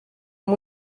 amb